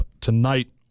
tonight